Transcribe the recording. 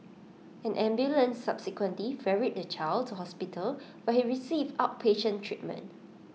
an ambulance subsequently ferried the child to hospital where he received outpatient treatment